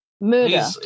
murder